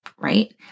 right